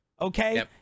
Okay